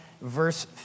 Verse